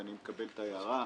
ואני מקבל את ההערה.